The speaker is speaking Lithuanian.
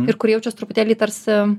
ir kur jaučias truputėlį tarsi